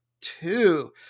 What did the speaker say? two